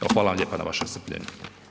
Evo, hvala vam lijepa na vašem strpljenju.